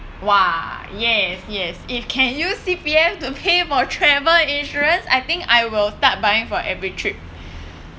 !wah! yes yes if can use C_P_F to pay for travel insurance I think I will start buying for every trip